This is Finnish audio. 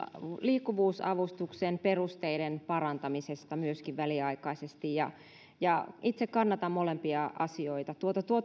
liikkuvuusavustuksen perusteiden parantamisesta myöskin väliaikaisesti itse kannatan molempia asioita